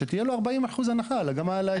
שתהיה לו 40% הנחה גם על ההיטל הזה.